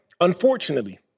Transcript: unfortunately